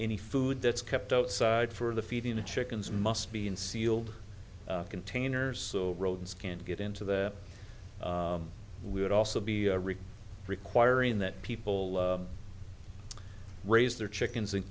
any food that's kept outside for the feeding the chickens must be in sealed containers so roads can't get into that we would also be a rich requiring that people raise their chickens and